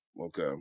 Okay